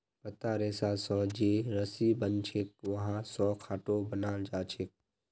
पत्तार रेशा स जे रस्सी बनछेक वहा स खाटो बनाल जाछेक